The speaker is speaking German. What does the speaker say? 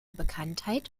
bekanntheit